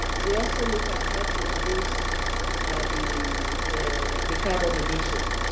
we also look at how to reduce the the carbon emission